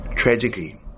Tragically